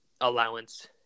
allowance